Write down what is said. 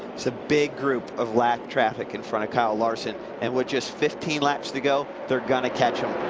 it's a big group of lap traffic in front of kyle larson. and with just fifteen laps to go they're going to catch him.